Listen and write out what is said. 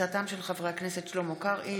בהצעתם של חברי הכנסת שלמה קרעי,